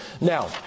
Now